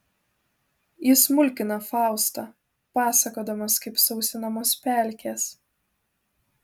jis mulkina faustą pasakodamas kaip sausinamos pelkės